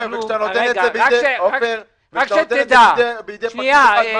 --- וכשאתה נותן את זה בידי פקיד אחד,